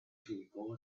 people